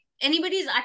anybody's